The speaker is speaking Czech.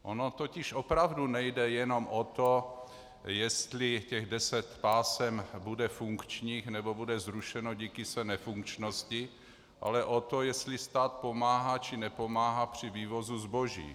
Ono totiž opravdu nejde jenom o to, jestli deset pásem bude funkčních, nebo bude zrušeno díky své nefunkčnosti, ale o to, jestli stát pomáhá, či nepomáhá při vývozu zboží.